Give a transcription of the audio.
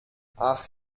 ach